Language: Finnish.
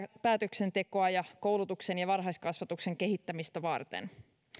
päätöksentekoa ja koulutuksen ja varhaiskasvatuksen kehittämistä varten